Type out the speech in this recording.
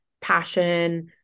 passion